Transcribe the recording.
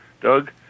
doug